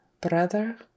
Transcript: brother